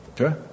Okay